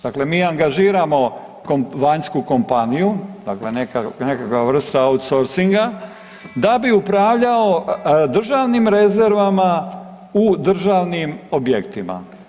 Dakle, mi angažiramo vanjsku kompaniju, dakle nekakva vrsta otusorsinga da bi upravljao državnim rezervama u državnim objektima.